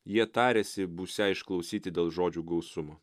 jie tarėsi būsią išklausyti dėl žodžių gausumo